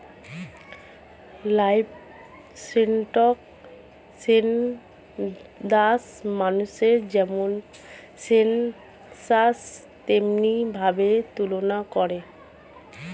livestock census মানুষের যেমন census তেমনি ভাবে তুলনা করে